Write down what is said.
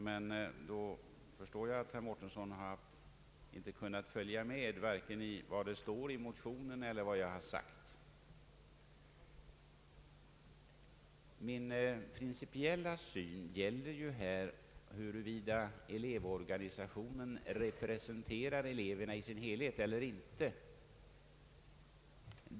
Jag förstår att herr Mårtensson inte har kunnat följa med vare sig i vad som står i motionen eller vad jag har sagt. Min principiella syn är här huruvida elevorganisationen representerar eleverna i deras helhet eller inte.